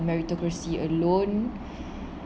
meritocracy alone